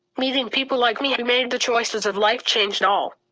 meeting people like me who made the choices of life changed all.